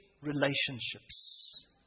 relationships